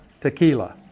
Tequila